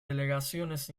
delegaciones